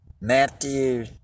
Matthew